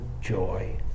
joy